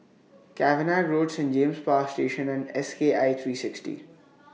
Cavenagh Road Saint James Power Station and S K I three sixty